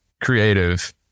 creative